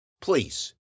Please